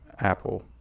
apple